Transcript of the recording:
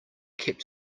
kept